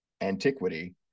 antiquity